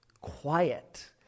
Quiet